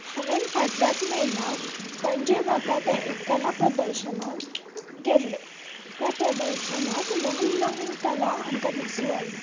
हांवेन फाटल्याच म्हयन्यान पणजे जाता तें एक कला प्रदर्शनान गेल्लें त्या प्रदर्शनात नवीन नवीन कला आमकां दिसून आयली